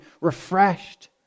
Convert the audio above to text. refreshed